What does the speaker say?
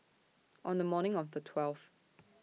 on The morning of The twelfth